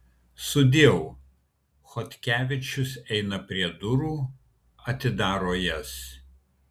sudieu chodkevičius eina prie durų atidaro jas